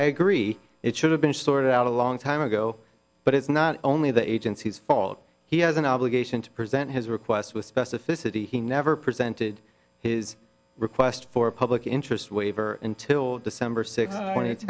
i agree it should have been sorted out a long time ago but it's not only the agency's fault he has an obligation to present his request with specificity he never presented his request for a public interest waiver until december si